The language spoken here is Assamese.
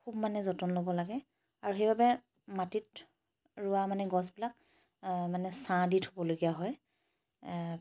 খুব মানে যতন ল'ব লাগে আৰু সেইবাবে মাটিত ৰোৱা মানে গছবিলাক মানে ছাঁ দি থ'বলগীয়া হয়